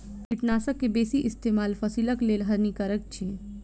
कीटनाशक के बेसी इस्तेमाल फसिलक लेल हानिकारक अछि